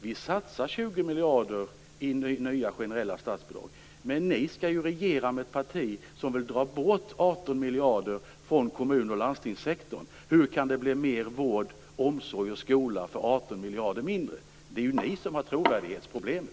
Vi satsar 20 miljarder i nya generella statsbidrag, men ni är ju beredda att regera med ett parti som vill dra bort 18 miljarder från kommun och landstingssektorerna. Hur kan det bli mer vård, omsorg och skola med 18 miljarder mindre? Det är ju ni som har trovärdighetsproblemen.